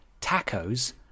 Tacos